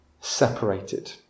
separated